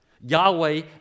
Yahweh